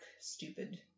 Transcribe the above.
stupid